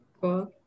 cool